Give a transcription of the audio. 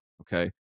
okay